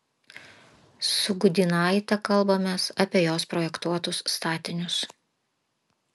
su gudynaite kalbamės apie jos projektuotus statinius